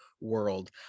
World